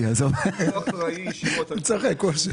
אני צוחק.